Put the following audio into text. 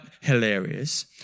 hilarious